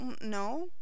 No